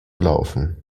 laufen